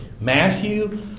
Matthew